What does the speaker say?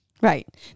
Right